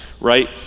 Right